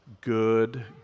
good